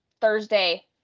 Thursday